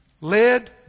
Led